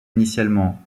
initialement